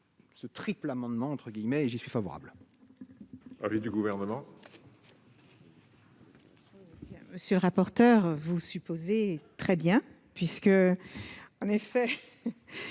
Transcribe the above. ce triple amendement entre guillemets et j'y suis favorable.